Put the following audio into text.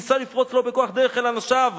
ניסה לפרוץ לו בכוח דרך אל אנשיו."